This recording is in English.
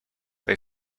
they